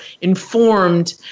informed